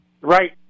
Right